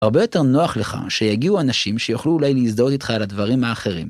הרבה יותר נוח לך שיגיעו אנשים שיוכלו אולי להזדהות איתך על הדברים האחרים.